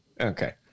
Okay